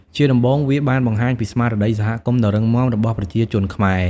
ជាដំបូង វាបានបង្ហាញពីស្មារតីសហគមន៍ដ៏រឹងមាំរបស់ប្រជាជនខ្មែរ។